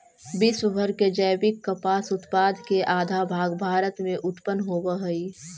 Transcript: विश्व भर के जैविक कपास उत्पाद के आधा भाग भारत में उत्पन होवऽ हई